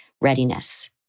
readiness